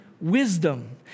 wisdom